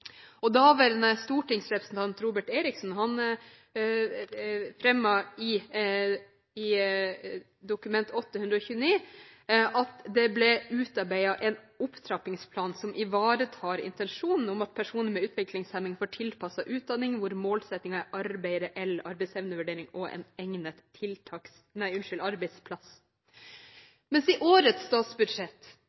daværende stortingsrepresentant Robert Eriksson fremmet i Dokument 8:129 S for 2011–2012 et forslag om at det ble utarbeidet en opptrappingsplan «som ivaretar intensjonen om at personer med utviklingshemming får tilpasset utdanning hvor målsettingen er arbeid, reell arbeidsevnevurdering og en egnet arbeidsplass.» Men i årets